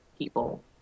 people